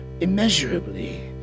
immeasurably